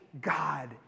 God